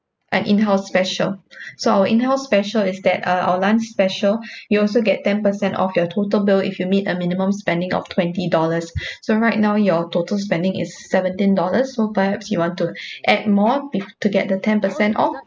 an in house special so our in house special is that uh our lunch special you'll also get ten percent off your total bill if you meet a minimum spending of twenty dollars so right now your total spending is seventeen dollars so perhaps you want to add more with to get the ten percent off